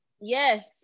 Yes